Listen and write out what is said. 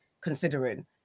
considering